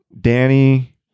Danny